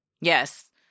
yes